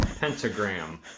pentagram